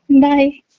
bye